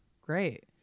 great